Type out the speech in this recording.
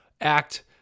act